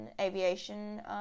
aviation